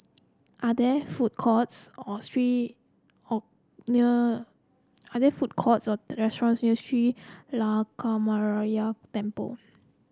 are there food courts or street or near are there food courts or restaurants near Sri Lankaramaya Temple